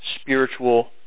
spiritual